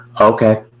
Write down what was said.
Okay